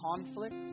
conflict